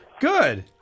Good